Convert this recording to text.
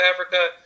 Africa